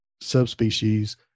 subspecies